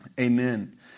Amen